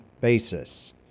basis